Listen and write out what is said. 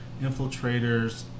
Infiltrators